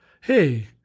hey